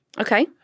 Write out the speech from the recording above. Okay